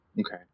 Okay